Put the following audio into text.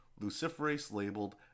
luciferase-labeled